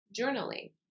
journaling